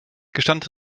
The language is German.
gestand